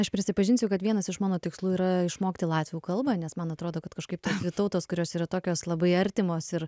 aš prisipažinsiu kad vienas iš mano tikslų yra išmokti latvių kalbą nes man atrodo kad kažkaip tą tautos kurios yra tokios labai artimos ir